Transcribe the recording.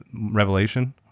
Revelation